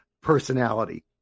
personality